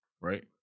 right